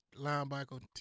linebacker